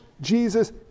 Jesus